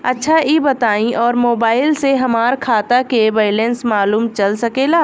अच्छा ई बताईं और मोबाइल से हमार खाता के बइलेंस मालूम चल सकेला?